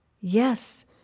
yes